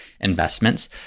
investments